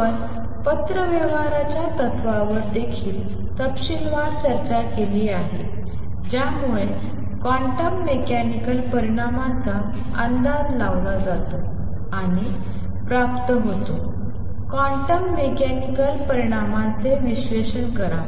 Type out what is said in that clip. आपण पत्रव्यवहाराच्या तत्त्वावर देखील तपशीलवार चर्चा केली आहे ज्यामुळे क्वांटम मेकॅनिकल परिणामांचा अंदाज लावला जातो आणि प्राप्त होतो क्वांटम मेकॅनिकल परिणामांचे विश्लेषण करा